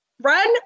run